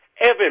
Evan